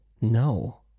No